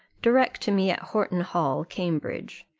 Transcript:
direct to me at horton-hall, cambridge.